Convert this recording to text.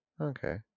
Okay